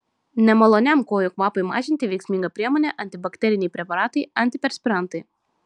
nemaloniam kojų kvapui mažinti veiksminga priemonė antibakteriniai preparatai antiperspirantai